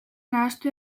nahastu